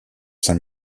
saint